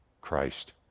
Christ